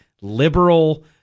liberal